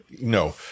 No